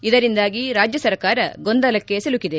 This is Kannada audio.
ಇದರಿಂದಾಗಿ ರಾಜ್ಯ ಸರ್ಕಾರ ಗೊಂದಲಕ್ಕೆ ಸಿಲುಕಿದೆ